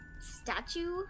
statue